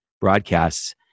broadcasts